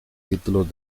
títulos